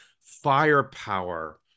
firepower